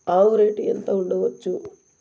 ఆవు రేటు ఎంత ఉండచ్చు?